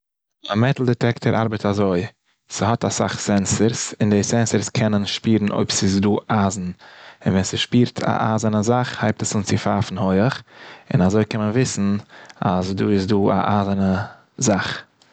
א מעטאל דיטעקטער ארבעט אזוי. ס'האט אסאך סענסארס, און די סענסארס קענען שפירן אויב ס'איז דא אייזן, און ווען ס'שפירט א אייזענע זאך הייבט עס אן צו פייפן הויעך, און אזוי קען מען וויסן אז דא איז דא א אייזענע זאך.